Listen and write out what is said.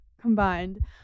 combined